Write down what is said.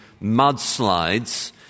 mudslides